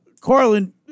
Carlin